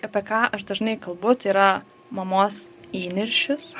apie ką aš dažnai kalbu tai yra mamos įniršis